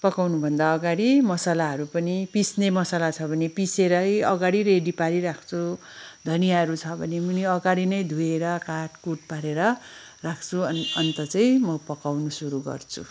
पकाउनुभन्दा अगाडि मसालाहरू पनि पिस्ने मसाला छ भने पिसेरै अगाडि रेडी पारिराख्छु धनियाँहरू छ भने पनि अगाडि नै धोएर काटकुट पारेर राख्छु अन अन्त चाहिँ म पकाउन सुरू गर्छु